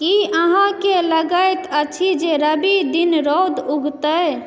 की अहाँकेॅं लगैत अछि जे रवि दिन रौद उगतै